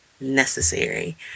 necessary